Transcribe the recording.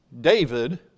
David